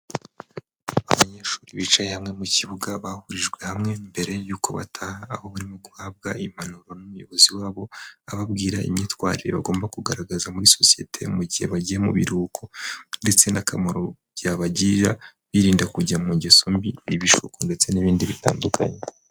Abanyeshuri bicaye hamwe mu kibuga bahurijwe hamwe mbere y'uko bataha, aho barimo guhabwa impanuro n'umuyobozi wabo, ababwira imyitwarire bagomba kugaragaza muri sosiyete mu gihe bagiye mu biruhuko ndetse n'akamaro byabagirira, birinda kujya mu ngeso mbi n'ibishuko ndetse n'ibindi bitandukanye.